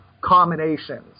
combinations